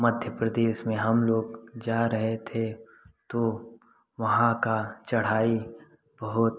मध्य प्रदेश में हम लोग जा रहे थे तो वहाँ का चढ़ाई बहुत